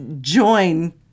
join